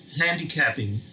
handicapping